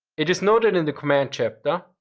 it is noted in the command chapter